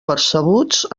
percebuts